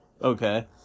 Okay